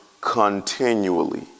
continually